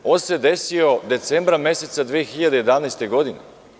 On se desio decembra meseca 2011. godine.